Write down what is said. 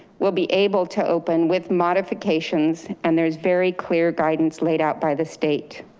we'll be able to open with modifications and there's very clear guidance laid out by the state.